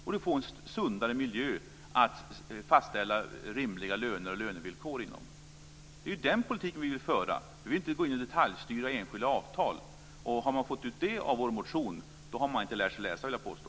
Man får en sundare miljö att fastställa rimliga löner och lönevillkor inom. Det är den politiken vi vill föra. Vi vill inte gå in och detaljstyra enskilda avtal. Har man fått ut det av vår motion har man inte lärt sig läsa, vill jag påstå.